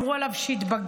אמרו עליו שהתבגר,